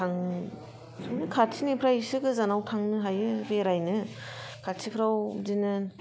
आं खाथिनिफ्राय एसे गोजानाव थांनो हायो बेरायनो खाथिफ्राव बिदिनो